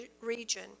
region